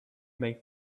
make